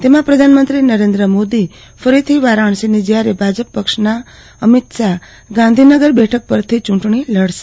તેમાં પ્રધાનમંત્રી નરેન્દ્ર મોદી ફરીથી વારાજ્ઞસીથી જ્યારે પક્ષ અધ્યક્ષ અમિત શાહ ગાંધીનગર બેઠક પરથી ચૂંટણી લડશે